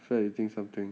feel like eating something